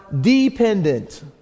dependent